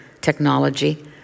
technology